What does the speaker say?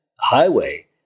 highway